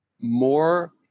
more